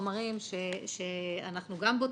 חומרים שאנחנו גם בודקים,